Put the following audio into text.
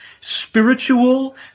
spiritual